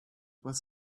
was